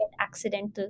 accidental